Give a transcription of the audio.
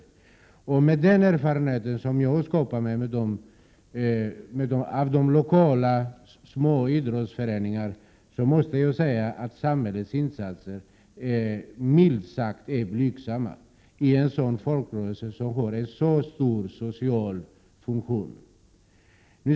Mot bakgrund av den erfarenhet jag har skaffat mig av de lokala små idrottsföreningarna måste jag säga att samhällets insatser milt sagt är blygsamma när det gäller en folkrörelse som fyller en så stor social funktion.